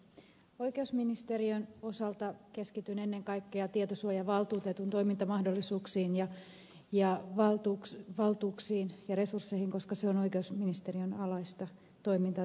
oikeusministeriön osalta keskityn ennen kaikkea tietosuojavaltuutetun toimintamahdollisuuksiin valtuuksiin ja resursseihin koska se on oikeusministeriön alaista toimintaa